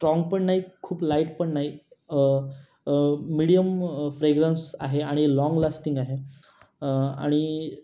strong पण नाही खूप लाईट पण नही मिडीयम फ्रेगरन्स आहे आणि लाँग लास्टिंग आहे आणि